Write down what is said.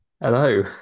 Hello